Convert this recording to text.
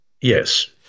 Yes